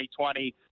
2020